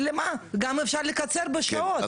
ולמה גם אפשר לקצר בשעות?